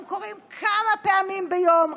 הם קורים כמה פעמים ביום,